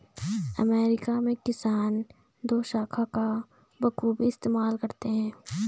America में किसान दोशाखा का बखूबी इस्तेमाल करते हैं